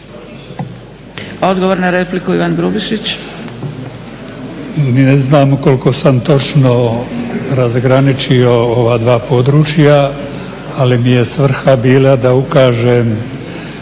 Odgovor na repliku Ivan Grubišić.